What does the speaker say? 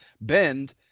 bend